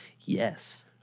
yes